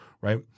right